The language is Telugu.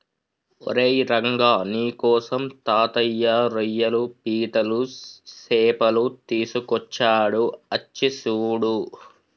ఓరై రంగ నీకోసం తాతయ్య రోయ్యలు పీతలు సేపలు తీసుకొచ్చాడు అచ్చి సూడు